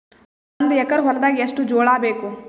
ಒಂದು ಎಕರ ಹೊಲದಾಗ ಎಷ್ಟು ಜೋಳಾಬೇಕು?